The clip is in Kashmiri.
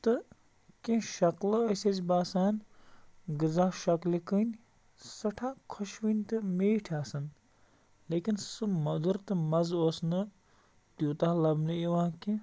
تہٕ کیٚنٛہہ شَکلہٕ ٲسۍ أسۍ باسان غذا شَکلہِ کِنۍ سٮ۪ٹھاہ خۄشوٕنۍ تہٕ میٖٹھۍ آسان لیکِن سُہ مۅدُر تہٕ مَزٕ اوس نہٕ تیٛوٗتاہ لَبنہٕ یِوان کیٚنٛہہ